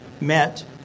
met